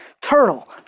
Turtle